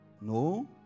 No